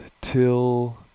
till